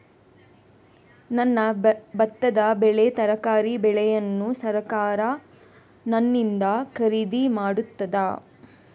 ನನ್ನ ಭತ್ತದ ಬೆಳೆ, ತರಕಾರಿ ಬೆಳೆಯನ್ನು ಸರಕಾರ ನನ್ನಿಂದ ಖರೀದಿ ಮಾಡುತ್ತದಾ?